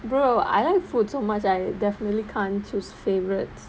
brother I like food so much I definitely can't choose favourites